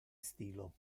stilo